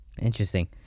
Interesting